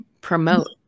promote